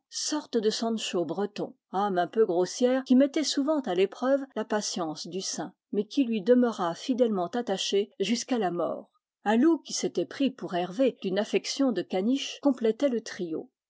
sorte de sancho breton âme un peu grossière qui mettait souvent à l'épreuve la patience du saint mais qui lui de meura fidèlement attachée jusqu'à la mort un loup qui s'était pris pour hervé d'une affection de caniche complétait le trio